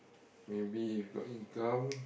maybe if got income